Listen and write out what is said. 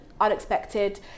unexpected